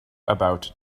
about